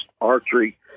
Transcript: archery